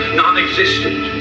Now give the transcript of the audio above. non-existent